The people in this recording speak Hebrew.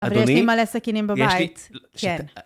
אבל יש לי מלא סכינים בבית, צ'ן.